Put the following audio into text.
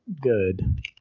good